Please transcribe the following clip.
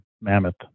Mammoth